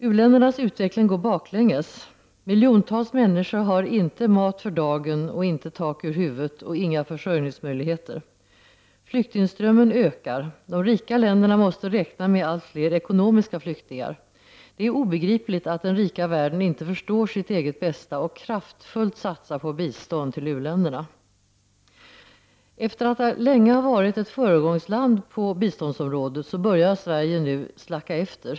U-ländernas utveckling går baklänges. Miljontals människor har inte mat för dagen, inte tak över huvudet och inga försörjningsmöjligheter. Flyktingströmmen ökar. De rika länderna måste räkna med allt fler ekonomiska flyktingar. Det är obegripligt att den rika världen inte förstår sitt eget bästa och kraftfullt satsar på bistånd till u-länderna. Efter att länge ha varit ett föregångsland på biståndsområdet börjar Sverige nu sacka efter.